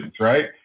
right